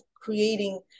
creating